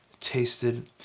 tasted